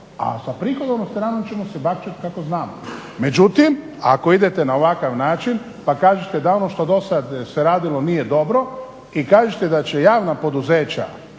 A sa prihodovnom stranom ćemo se bakćati kako znamo. Međutim ako idete na ovakav način pa kažete da ono što se do sada radilo nije dobro i kažete da će javna poduzeća